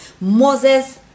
Moses